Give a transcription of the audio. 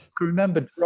remember